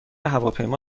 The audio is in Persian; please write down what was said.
هواپیما